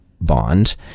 bond